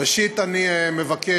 ראשית, אני מבקש